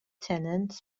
tenant